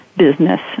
business